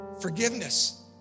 forgiveness